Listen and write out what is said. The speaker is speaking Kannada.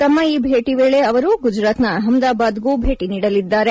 ತಮ್ಮ ಈ ಭೇಟಿ ವೇಳೆ ಅವರು ಗುಜರಾತ್ನ ಅಹಮದಾಬಾದ್ಗೂ ಭೇಟಿ ನೀಡಲಿದ್ದಾರೆ